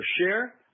share